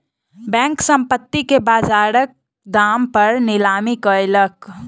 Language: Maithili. बैंक, संपत्ति के बजारक दाम पर नीलामी कयलक